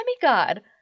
demigod